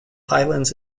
highlands